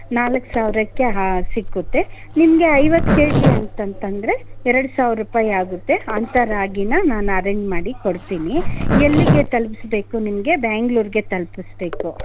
ನಾಲ್ಕು ಸಾವಿರಕ್ಕೆ ಹಾ ಸಿಕ್ಕುತ್ತೆ ನಿಮಗೆ ಐವತ್ತು ಕೆ ಜಿ ಅಂತಂತಂದರೆ ಎರಡು ಸಾವಿರ ರೂಪಾಯಿ ಆಗುತ್ತೆ ಅಂಥ ರಾಗಿನ ನಾನು ಅರೆಂಜ್ ಮಾಡಿಕೊಡ್ತೀನಿ ಎಲ್ಲಿಗೆ ತಲುಪಿಸ್ಬೇಕು ನಿಮಗೆ ಬ್ಯಾಂಗ್ಳೂರ್ಗೆ ತಲುಪಿಸ್ಬೇಕು